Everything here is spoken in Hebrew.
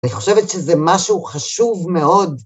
‫אני חושבת שזה משהו חשוב מאוד.